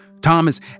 Thomas